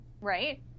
right